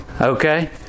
Okay